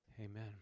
Amen